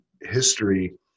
history